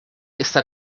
está